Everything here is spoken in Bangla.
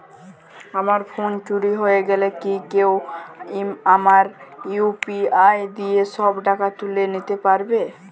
আমার ফোন চুরি হয়ে গেলে কি কেউ আমার ইউ.পি.আই দিয়ে সব টাকা তুলে নিতে পারবে?